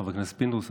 חבר הכנסת פינדרוס,